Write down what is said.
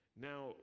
Now